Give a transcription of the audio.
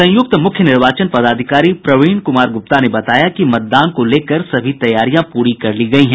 संयुक्त मुख्य निर्वाचन पदाधिकारी प्रवीण कुमार गुप्ता ने बताया कि मतदान को लेकर सभी तैयारियां पूरी कर ली गयी हैं